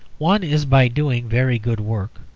one is by doing very good work,